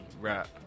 rap